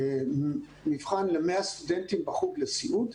מבחן ל-100 סטודנטים בחוג לסיעוד.